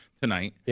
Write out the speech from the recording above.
tonight